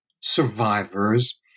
survivors